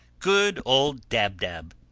good old dab-dab!